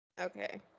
Okay